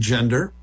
Gender